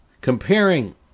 Comparing